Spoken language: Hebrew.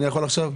אני יכול עכשיו?